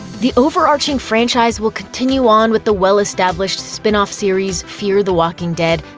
the overarching franchise will continue on with the well-established spin-off series fear the walking dead,